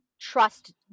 trust